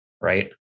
right